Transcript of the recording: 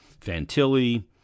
Fantilli